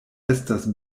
estas